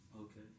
Okay